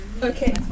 Okay